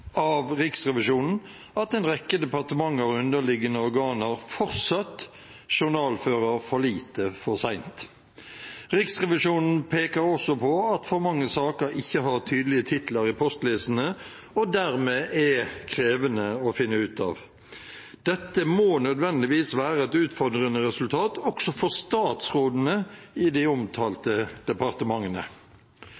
av Riksrevisjonen at en rekke departementer og underliggende organer fortsatt journalfører for lite for sent. Riksrevisjonen peker også på at for mange saker ikke har tydelige titler i postlistene, og dermed er krevende å finne ut av. Dette må nødvendigvis være et utfordrende resultat også for statsrådene i de